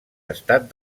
estat